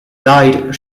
died